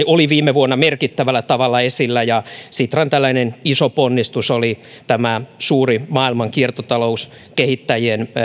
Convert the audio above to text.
oli viime vuonna merkittävällä tavalla esillä ja sitran tällainen iso ponnistus oli tämä suuri maailman kiertotalouskehittäjien